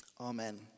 Amen